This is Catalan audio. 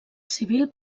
civil